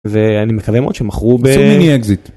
ואני מקווה מאוד שמכרו ב... עשו מיני אקזיט.